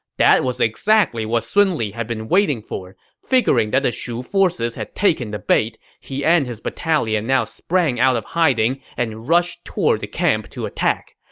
that was exactly what sun li had been waiting for. figuring that the shu forces had taken the bait, he and his battalion now sprang out of hiding and rushed toward the camp to attack.